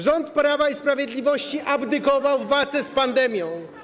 Rząd Prawa i Sprawiedliwości abdykował w walce z pandemią.